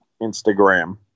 Instagram